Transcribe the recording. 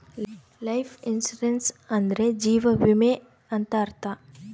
life insurance ಅಂದ್ರೆ ಜೀವ ವಿಮೆ ಅಂತ ಅರ್ಥ